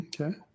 Okay